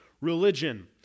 religion